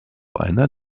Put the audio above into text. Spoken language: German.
einer